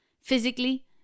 physically